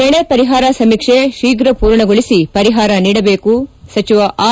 ಬೆಳೆ ಪರಿಹಾರ ಸಮೀಕ್ಷೆ ಶೀಪ್ರ ಪೂರ್ಣಗೊಳಿಸಿ ಪರಿಹಾರ ನೀಡಬೇಕು ಸಚಿವ ಆರ್